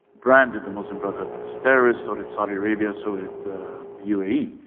branded the muslim brotherhood as terrorists, so did saudi arabia, so did the uae.